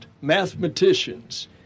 mathematicians